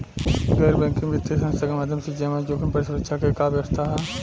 गैर बैंकिंग वित्तीय संस्था के माध्यम से जमा जोखिम पर सुरक्षा के का व्यवस्था ह?